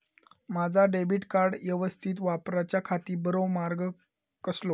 माजा debit card यवस्तीत वापराच्याखाती बरो मार्ग कसलो?